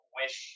wish